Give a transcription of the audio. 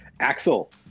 Axel